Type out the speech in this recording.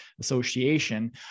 Association